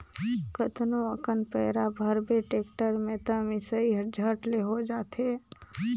कतनो अकन पैरा भरबे टेक्टर में त मिसई हर झट ले हो जाथे